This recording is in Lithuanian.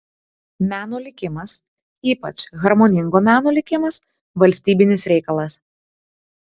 meno likimas ypač harmoningo meno likimas valstybinis reikalas